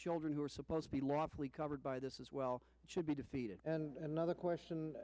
children who are supposed to be lawfully covered by this as well should be defeated another question